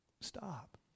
Stop